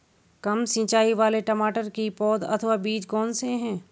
कम सिंचाई वाले टमाटर की पौध अथवा बीज कौन से हैं?